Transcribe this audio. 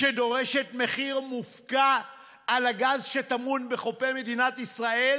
שדורשת מחיר מופקע על הגז שטמון בחופי מדינת ישראל?